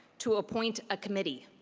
to appoint a committee.